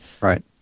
Right